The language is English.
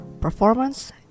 performance